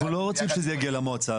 אנחנו לא רוצים שזה יגיע למועצה.